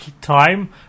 time